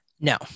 No